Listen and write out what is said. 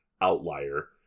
outlier